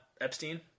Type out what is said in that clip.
Epstein